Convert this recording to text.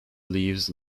leaves